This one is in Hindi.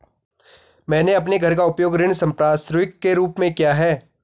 मैंने अपने घर का उपयोग ऋण संपार्श्विक के रूप में किया है